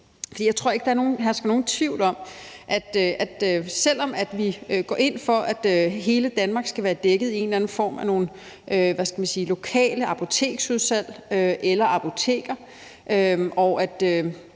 Jeg tror ikke, der hersker nogen tvivl om, at selv om vi går ind for, at hele Danmark skal være dækket i en eller anden form af nogle lokale apoteksudsalg eller apoteker, og at